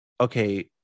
okay